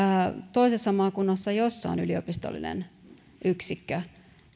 toisessa maakunnassa jossa on yliopistollinen yksikkö